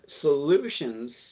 solutions